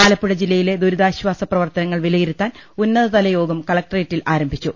ആലപ്പുഴ ജില്ലയിലെ ദുരിതാശ്ചാസ പ്രവർത്തനങ്ങൾ വില യിരുത്താൻ ഉന്നതതലയോഗം കലക്ടറേറ്റിൽ ആരംഭിച്ചു